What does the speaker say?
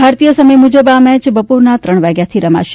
ભારતીય સમય મુજબ આ મેચ બપોરના ત્રણ વાગ્યાથી રમાશે